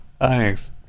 Thanks